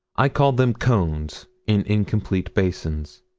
i call them cones in incomplete basins.